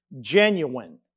genuine